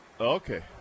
okay